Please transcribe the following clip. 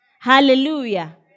Hallelujah